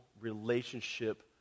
relationship